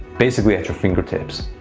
basically at your fingertips.